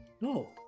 No